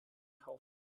kaufen